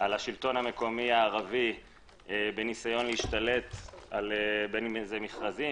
על השלטון המקומי הערבי בניסיון להשתלט בין אם זה במכרזים,